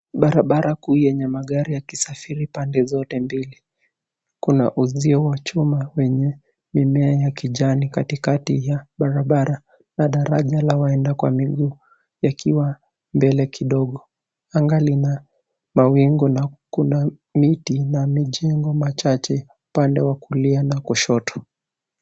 Barabara kuu yenye magari yakisafiri pande zote mbili. Kuna uzio wa chuma wenye mimea ya kijani katikati ya barabara na daraja la waenda kwa miguu ikiwa mbele kidogo. Anga lina mawingu na kuna miti na majengo machache upande wa kulia na kushoto.